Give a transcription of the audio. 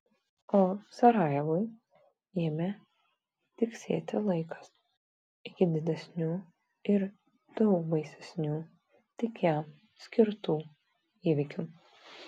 o sarajevui ėmė tiksėti laikas iki didesnių ir daug baisesnių tik jam skirtų įvykių